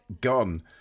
gone